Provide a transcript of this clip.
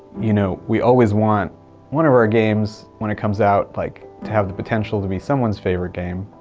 you know, we always want one of our games when it comes out like to have the potential to be someone's favorite game.